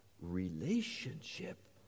relationship